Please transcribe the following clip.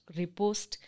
repost